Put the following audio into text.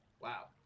Wow